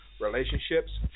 relationships